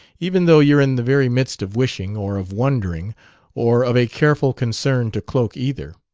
even though you're in the very midst of wishing or of wondering or of a careful concern to cloak either.